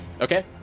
Okay